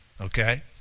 okay